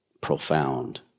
profound